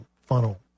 funnel